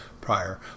prior